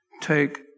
take